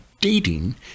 dating